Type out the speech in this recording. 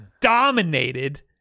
dominated